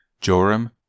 Joram